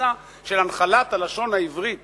המבצע של הנחלת הלשון העברית